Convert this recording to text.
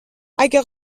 اگه